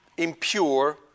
impure